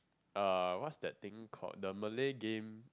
uh what's that thing called the Malay game